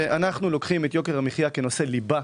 אנחנו לוקחים את יוקר המחיה כנושא ליבה.